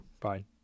Fine